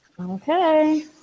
Okay